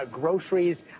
ah groceries,